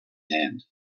hand